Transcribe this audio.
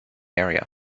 area